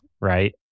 right